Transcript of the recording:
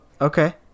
Okay